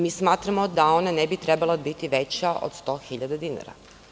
Mi smatramo da ona ne bi trebalo biti veća od 100.000 dinara.